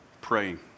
praying